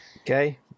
Okay